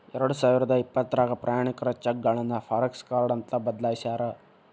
ಎರಡಸಾವಿರದ ಇಪ್ಪತ್ರಾಗ ಪ್ರಯಾಣಿಕರ ಚೆಕ್ಗಳನ್ನ ಫಾರೆಕ್ಸ ಕಾರ್ಡ್ ಅಂತ ಬದಲಾಯ್ಸ್ಯಾರ